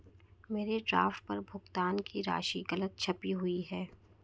मेरे ड्राफ्ट पर भुगतान की राशि गलत छपी हुई है